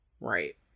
right